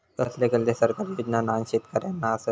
कसले कसले सरकारी योजना न्हान शेतकऱ्यांना आसत?